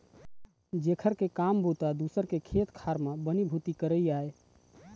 जेखर के काम बूता दूसर के खेत खार म बनी भूथी करई आय